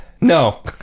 no